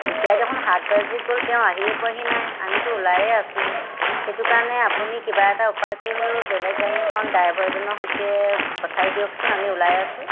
এতিয়া দেখোন সাত বাজি গ'ল তেওঁ আহিয়ে পোৱাহি নাই আমিতো ওলায়েই আছোঁ সেইটো কাৰণে আপুনি কিবা এটা উপায় কৰি হ'লেও বেলেগ গাড়ী এখন ড্ৰাইভাৰ এজনৰ সৈতে পঠাই দিয়কচোন আমি ওলাই আছোঁ